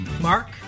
Mark